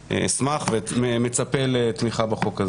ואנחנו נמצאים בדיון שני בהצעת חוק לתיקון